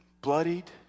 bloodied